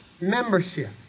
membership